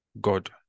God